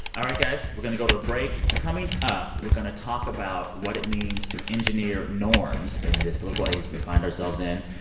all right, guys, we're going to go to a break. coming up, we're going to talk about what it means to engineer norms in this political age we find ourselves in.